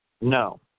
No